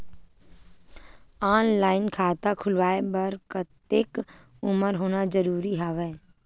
Online खाता खुलवाय बर कतेक उमर होना जरूरी हवय?